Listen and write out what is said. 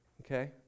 Okay